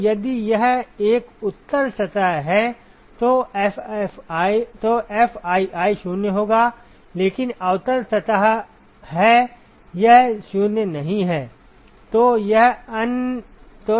तो यदि यह एक उत्तल सतह है तो Fii 0 होगा लेकिन अवतल सतह है यह 0 नहीं है